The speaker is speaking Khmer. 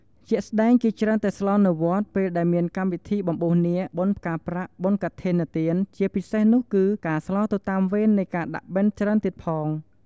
ជាក់ស្តែងគេច្រើនតែស្លរនៅវត្តពេលដែលមានកម្មវិធីបំបួសនាគ បុណ្យផ្កាប្រាក់ បុណ្យកឋិនទានជាពិសេសនោះគឺការស្លរទៅតាមវេននៃការដាក់បិណ្ឌច្រើនទៀតផង។